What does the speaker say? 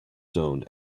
zone